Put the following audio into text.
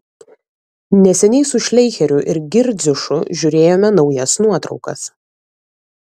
neseniai su šleicheriu ir girdziušu žiūrėjome naujas nuotraukas